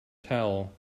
towel